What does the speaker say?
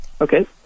Okay